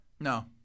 No